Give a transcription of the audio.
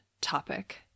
topic